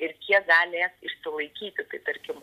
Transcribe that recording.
ir kiek galės išsilaikyti tai tarkim